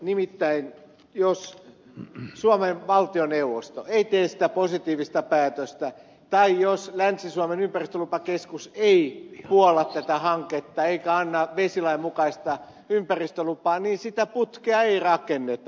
nimittäin jos suomen valtioneuvosto ei tee sitä positiivista päätöstä tai jos länsi suomen ympäristökeskus ei puolla tätä hanketta eikä anna vesilain mukaista ympäristölupaa niin sitä putkea ei rakenneta